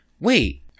wait